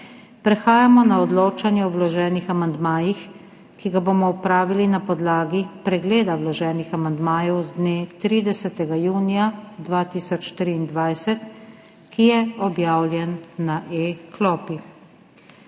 Prehajamo na odločanje o vloženih amandmajih, ki ga bomo opravili na podlagi pregleda vloženih amandmajev z dne 30. junija 2023, ki je objavljen na e-klopi.